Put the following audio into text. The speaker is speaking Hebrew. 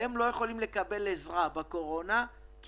שהם לא יכולים לקבל עזרה בקורונה כי